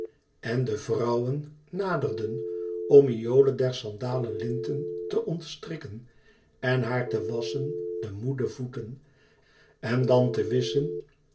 en de vrouwen naderden om iole der sandalen linten te ontstrikken en haar te wasschen de moede voeten en dan te wisschen